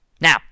Now